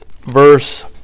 verse